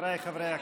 חבריי חברי הכנסת,